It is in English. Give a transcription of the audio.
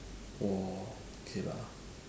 oh okay lah